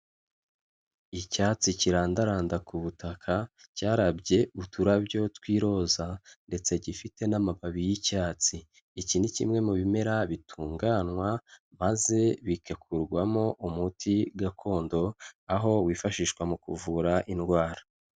Icyatsi kirandaranda ku butaka cyarabye uturabyo tw'iroza ndetse gifite n'amababi y'icyatsi iki ni kimwe mu bimera bitunganywa maze bigakurwamo umuti gakondo aho wifashishwa mu kuvura indwara.